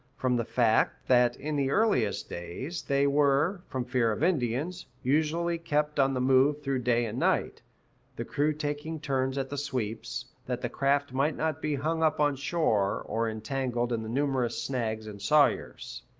from the fact that in the earliest days they were, from fear of indians, usually kept on the move through day and night the crew taking turns at the sweeps, that the craft might not be hung up on shore or entangled in the numerous snags and sawyers.